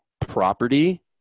property